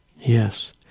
Yes